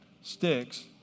sticks